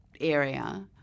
area